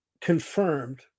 confirmed